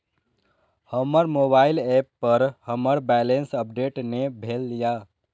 हमर mobile app पर हमर बैलेंस अपडेट ने भेल या